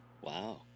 Wow